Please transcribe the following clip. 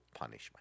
punishment